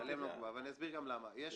אני אסביר למה זה הסכום.